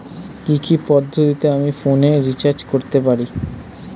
কি কি পদ্ধতিতে আমি ফোনে রিচার্জ করতে পারি?